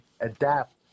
adapt